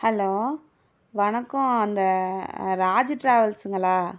hello வணக்கம் அந்த ராஜ் டிராவல்ஸ்சுங்களா